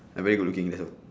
I very good looking in hell